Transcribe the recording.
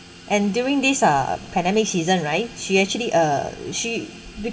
and during this uh pandemic season right she actually uh she